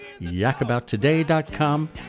yakabouttoday.com